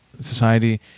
society